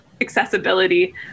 accessibility